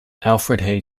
alfred